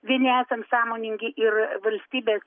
vieni esam sąmoningi ir valstybės